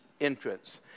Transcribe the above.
entrance